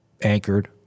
anchored